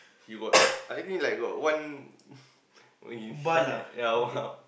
he got I think like got one when he sat at